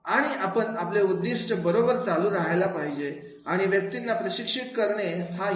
आणि आपण आपले उद्दिष्ट बरोबर चालू राहायला पाहिजे आणि व्यक्तींना प्रशिक्षित करणे हा हेतू